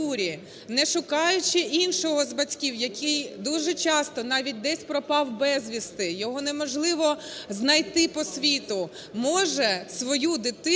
не шукаючи іншого з батьків, який дуже часто навіть десь пропав безвісти, його неможливо знайти по світу, може свою дитину